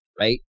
right